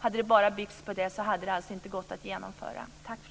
Hade det bara byggt på anslagna resurser hade familjerådslagen inte kunnat genomföras.